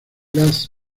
last